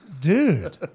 Dude